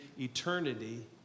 eternity